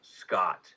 Scott